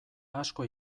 asko